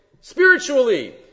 Spiritually